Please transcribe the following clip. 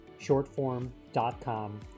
shortform.com